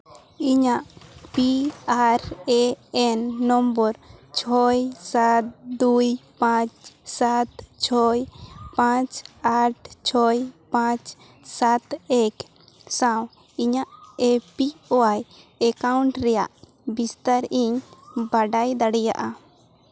ᱤᱧᱟᱹᱜ P R N number ᱪᱷᱚᱭ ᱥᱟᱛ ᱫᱩᱭ ᱯᱟᱸᱪ ᱥᱟᱛ ᱪᱷᱚᱭ ᱯᱟᱸᱪ ᱟᱴ ᱪᱷᱚᱭ ᱯᱟᱸᱪ ᱥᱟᱛ ᱮᱠ ᱥᱟᱶ ᱤᱧᱟᱜ ᱮ ᱯᱤ ᱳᱣᱟᱭ ᱮᱠᱟᱣᱩᱱᱴ ᱨᱮᱭᱟᱜ ᱵᱤᱥᱛᱟᱨ ᱤᱧ ᱵᱟᱰᱟᱭ ᱫᱟᱲᱮᱭᱟᱜᱼᱟ